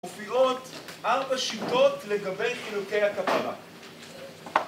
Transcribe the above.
הופיעות ארבע שיטות לגבי חילוקי הכפרה